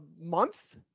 month